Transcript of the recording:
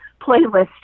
playlist